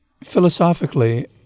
philosophically